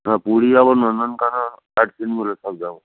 হ্যাঁ পুরী যাব নন্দনকানন আর সিনগুলো সব যাব